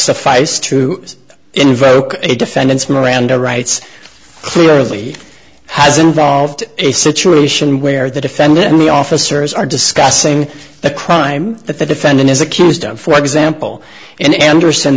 sufficed to invoke a defense miranda rights clearly has involved a situation where the defendant the officers are discussing the crime that the defendant is accused of for example and anderson